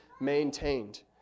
maintained